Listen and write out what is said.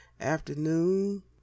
afternoon